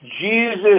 Jesus